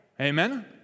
Amen